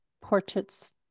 Portraits